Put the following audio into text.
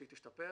שהיא תשתפר.